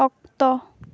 ᱚᱠᱛᱚ